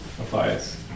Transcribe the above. applies